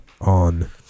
on